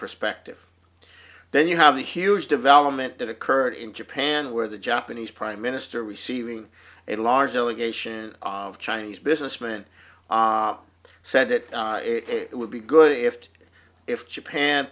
perspective then you have the huge development that occurred in japan where the japanese prime minister receiving a large allegation of chinese businessmen said that it would be good if if japan